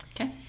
Okay